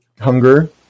hunger